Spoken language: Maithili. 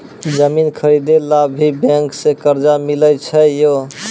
जमीन खरीदे ला भी बैंक से कर्जा मिले छै यो?